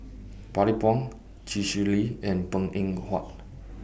Bani Buang Chee Swee Lee and Png Eng Huat